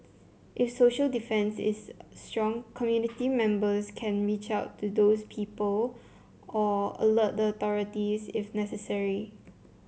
if social defence is strong community members can reach out to these people or alert the authorities if necessary